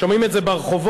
שומעים את זה ברחובות,